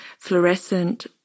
fluorescent